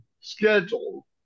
schedule